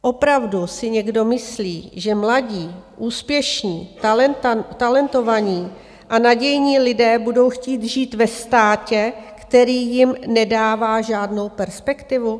Opravdu si někdo myslí, že mladí, úspěšní, talentovaní a nadějní lidé budou chtít žít ve státě, který jim nedává žádnou perspektivu?